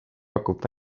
pakub